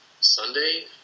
Sunday